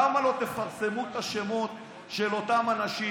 למה לא תפרסמו את השמות של אותם אנשים?